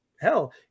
Hell